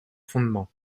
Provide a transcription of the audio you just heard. fondements